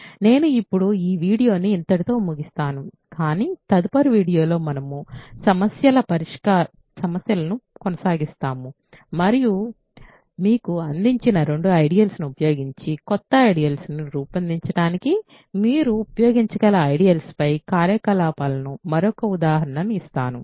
నేను ఇప్పుడు ఈ వీడియోని ఇంతటితో ముగిస్తాను కానీ తదుపరి వీడియోలో మనము సమస్యలను కొనసాగిస్తాము మరియు మీకు అందించిన రెండు ఐడియల్స్ ను ఉపయోగించి కొత్త ఐడియల్స్ ను రూపొందించడానికి మీరు ఉపయోగించగల ఐడియల్స్ పై కార్యకలాపాలకు మరొక ఉదాహరణను ఇస్తాను